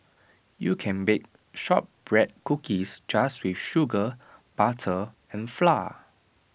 you can bake Shortbread Cookies just with sugar butter and flour